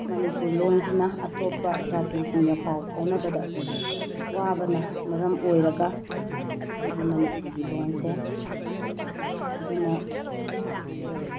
ꯃꯅꯤꯄꯨꯔ ꯂꯣꯟꯁꯤꯅꯥ ꯑꯇꯣꯞꯄ ꯖꯥꯇꯤꯁꯤꯡꯒ ꯄꯥꯎ ꯐꯥꯎꯅꯕꯗ ꯋꯥꯕꯅ ꯃꯔꯝ ꯑꯣꯏꯔꯒ ꯑꯩꯈꯣꯏꯒꯤ ꯃꯅꯤꯄꯨꯒꯤ ꯂꯣꯟꯁꯦ ꯑꯗꯨꯅ